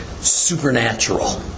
supernatural